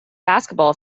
basketball